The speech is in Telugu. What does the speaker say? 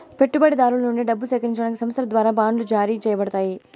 పెట్టుబడిదారుల నుండి డబ్బు సేకరించడానికి సంస్థల ద్వారా బాండ్లు జారీ చేయబడతాయి